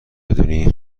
بدونی